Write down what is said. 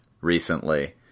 recently